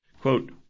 Quote